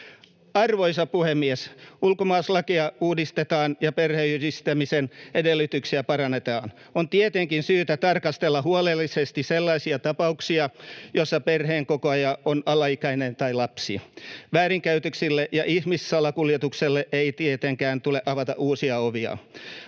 Arvoisa puhemies! Ulkomaalaislakia uudistetaan ja perheenyhdistämisen edellytyksiä parannetaan. On tietenkin syytä tarkastella huolellisesti sellaisia tapauksia, joissa perheenkokoaja on alaikäinen tai lapsi. Väärinkäytöksille ja ihmissalakuljetukselle ei tietenkään tule avata uusia ovia.